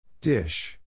Dish